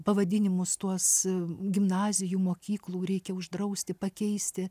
pavadinimus tuos gimnazijų mokyklų reikia uždrausti pakeisti